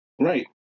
Right